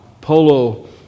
Polo